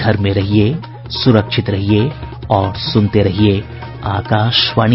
घर में रहिये सुरक्षित रहिये और सुनते रहिये आकाशवाणी